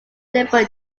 liberal